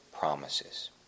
promises